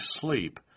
sleep